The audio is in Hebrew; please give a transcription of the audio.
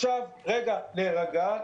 עכשיו רגע להירגע,